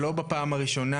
שלא בפעם הראשונה,